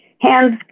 hands